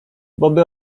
boby